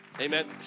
Amen